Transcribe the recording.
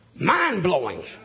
mind-blowing